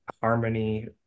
harmony